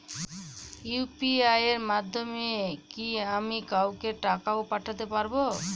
UPI এর মাধ্যমে কি আমি কাউকে টাকা ও পাঠাতে পারবো?